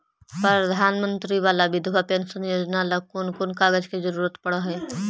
प्रधानमंत्री बाला बिधवा पेंसन योजना ल कोन कोन कागज के जरुरत पड़ है?